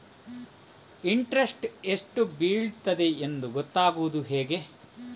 Interest ಎಷ್ಟು ಬೀಳ್ತದೆಯೆಂದು ಗೊತ್ತಾಗೂದು ಹೇಗೆ?